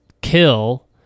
kill